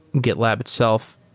gitlab itself.